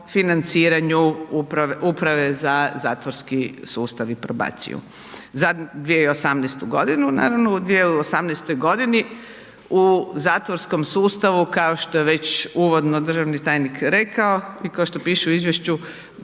financiranju Uprave za zatvorski sustav i probaciju za 2018. g. naravno. U 2018. g. u zatvorskom sustavu kao što je već uvodno državni tajnik rekao i ko što piše u izvješću,